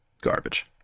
garbage